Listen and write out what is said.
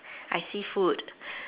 I see food